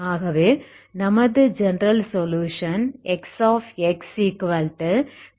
ஆகவே நமது general solution Xxc1cos μx என்று ஆகிறது